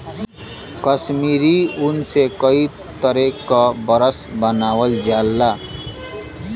कसमीरी ऊन से कई तरे क बरस बनावल जाला